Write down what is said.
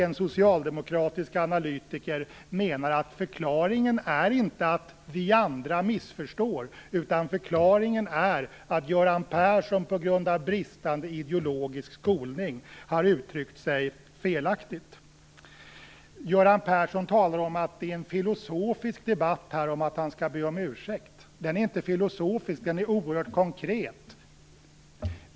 En socialdemokratisk analytiker menar att förklaringen inte är att vi andra missförstår, utan att Göran Persson på grund av bristande ideologisk skolning har uttryckt sig felaktigt. Göran Persson talar om att vi för en filosofisk debatt om att han skall be om ursäkt. Men den är inte filosofisk - den är oerhört konkret.